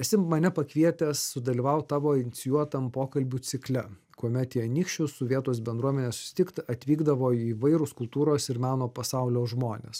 esi mane pakvietęs sudalyvaut tavo inicijuotam pokalbių cikle kuomet į anykščius su vietos bendruomene susitikt atvykdavo įvairūs kultūros ir meno pasaulio žmonės